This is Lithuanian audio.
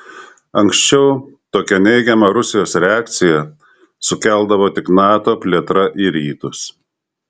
anksčiau tokią neigiamą rusijos reakciją sukeldavo tik nato plėtra į rytus